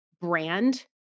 brand